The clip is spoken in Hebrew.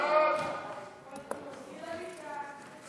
את הצעת חוק